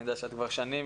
אני יודע שאת כבר שנים